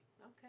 Okay